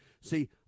See